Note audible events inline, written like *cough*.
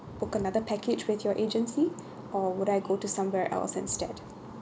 book another package with your agency *breath* or would I go to somewhere else instead